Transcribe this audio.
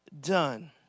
done